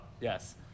Yes